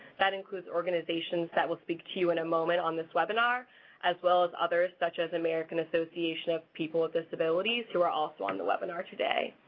that includes organizations that will speak to you in a moment on this webinar as well as others such as american association of people with disabilities who are also on the webinar today.